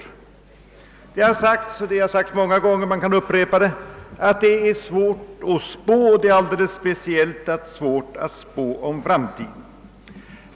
Det har många gånger sagts och kan gärna upprepas att det är svårt att spå — särskilt om framtiden.